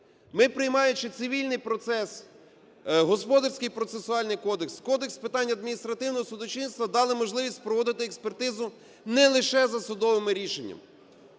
Ми, приймаючи Цивільний процес, Господарський процесуальний кодекс, Кодекс питань адміністративного судочинства, дали можливість проводити експертизу не лише за судовими рішеннями.